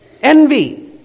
Envy